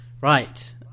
Right